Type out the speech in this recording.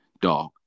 dog